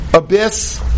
abyss